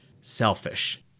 selfish